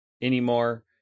anymore